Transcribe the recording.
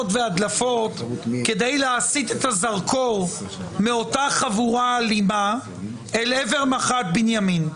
והדלפות כדי להסית את הזרקור מאותה חבורה אלימה אל עבר מח"ט בנימין.